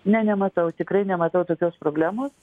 ne nematau tikrai nematau tokios problemos